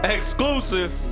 Exclusive